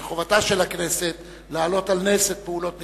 ומחובתה של הכנסת להעלות על נס את פעולות משרדך,